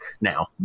now